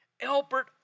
Albert